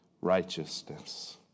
righteousness